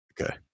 Okay